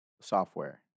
software